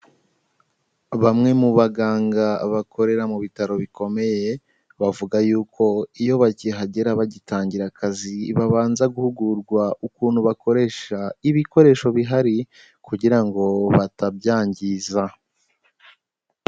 Bamwe mu baganga bakorera mu bitaro bikomeye, bavuga yuko iyo bakihagera bagitangira akazi babanza guhugurwa ukuntu bakoresha ibikoresho bihari kugira ngo batabyangiza.